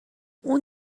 اون